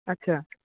ᱟᱪᱪᱷᱟ